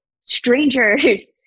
strangers